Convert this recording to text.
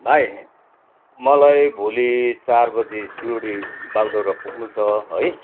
भाइ मलाई भोलि चार बजी सिलगढी बाघडुग्रा पुग्नु छ है